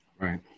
Right